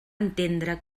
entendre